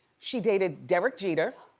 she dated derek jeter.